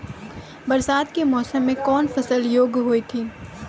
बरसात के मौसम मे कौन फसल योग्य हुई थी?